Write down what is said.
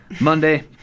Monday